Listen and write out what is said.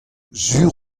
sur